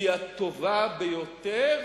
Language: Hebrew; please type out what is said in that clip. והיא הטובה ביותר